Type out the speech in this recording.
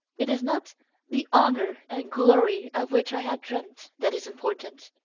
it is not the honour and glory of which i have dreamt that is important,